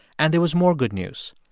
and there was more good news.